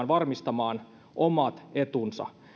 varmistamaan omat etunsa